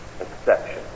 exception